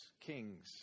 king's